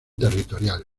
territorial